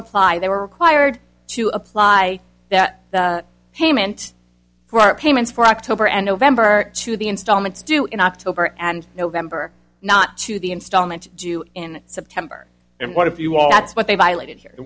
apply they were required to apply that payment for our payments for october and november to the installments due in october and november not to the instalment due in september and what if you all that's what they violated he